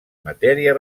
matèria